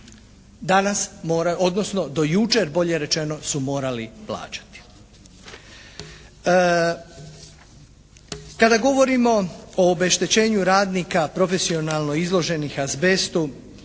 mora, odnosno do jučer bolje rečeno su morali plaćati. Kada govorimo o obeštećenju radnika profesionalno izloženih azbestu